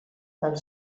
del